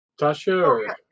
Tasha